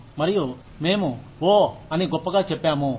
మరియు మేము ఓ అని గొప్పగా చెప్పాము